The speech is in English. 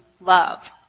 love